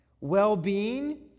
well-being